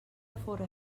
fóra